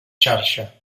xarxa